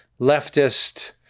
leftist